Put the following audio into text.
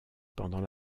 pendant